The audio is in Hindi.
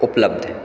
उपलब्ध हैं